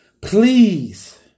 Please